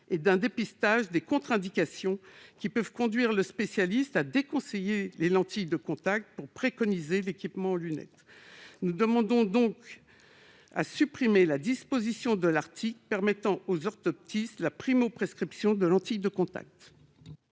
et d'un dépistage des contre-indications, qui peuvent conduire le spécialiste à les déconseiller pour préconiser l'équipement en lunettes. Nous demandons donc que soit supprimée la disposition de l'article permettant aux orthoptistes la primo-prescription de lentilles de contact.